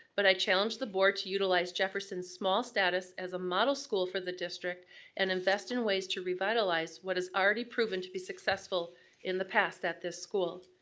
but i challenge the board to utilize jefferson's small status as a model school for the district and invest in ways to revitalize what has already proven to be successful in the past at this school.